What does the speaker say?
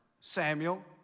Samuel